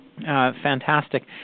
Fantastic